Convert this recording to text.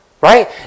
Right